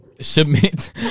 submit